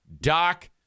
Doc